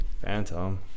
Phantom